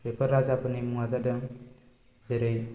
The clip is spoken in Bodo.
बेफोर राजाफोरनि मुङा जादों जेरै